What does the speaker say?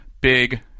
big